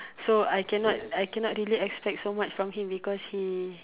so I cannot I cannot really expect so much from him because he